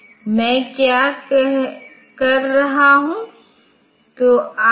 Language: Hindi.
तो हमारे जो निर्देश हैं वह हैं MUL जो 32 बिट गुणा है MULA 32 बिट मल्टीप्लाई एक्यूमिलेट के लिए है और फिर यह UMULL है